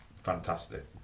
fantastic